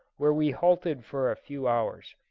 where we halted for a few hours.